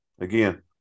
again